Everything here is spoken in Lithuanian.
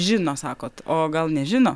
žino sakote o gal nežino